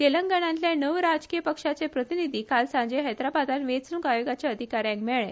तेलंगणातल्या णव राजकीय पक्षाचे प्रतिनिधी काल सांजे हैदराबादात वेचणुक आयोगाच्या अधिकाऱ्यांक मिळ्ळे